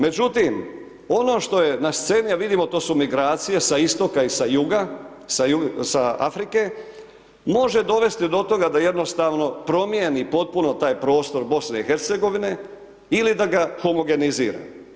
Međutim ono što je na sceni a vidimo to su migracije sa istoka i sa juga, sa Afrike, može dovesti do toga da jednostavno promijeni potpuno taj prostor BiH ili da ga homogenizira.